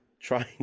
trying